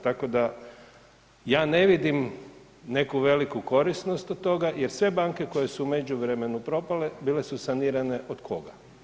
Tako da, ja ne vidim neku veliku korisnost od toga jer sve banke koje su u međuvremenu propale bile su sanirane od koga?